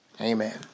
amen